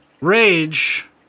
Rage